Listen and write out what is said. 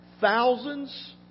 thousands